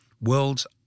world's